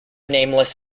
nameless